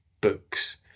books